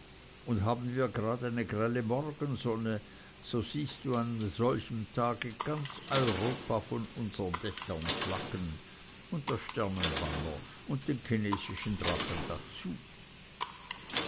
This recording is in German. und haben wir gerade eine grelle morgensonne so siehst du an solchem tag ganz europa von unsern dächern flaggen und das sternenbanner und den chinesischen drachen dazu